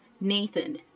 Nathan